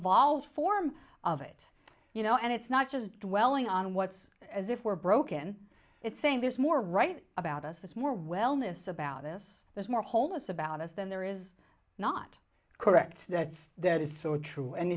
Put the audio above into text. volves form of it you know and it's not just dwelling on what's as if we're broken it's saying there's more right about us it's more wellness about us there's more homeless about us than there is not correct that there is so true and